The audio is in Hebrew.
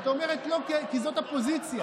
את אומרת לא כי זאת הפוזיציה.